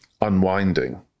unwinding